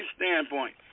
standpoint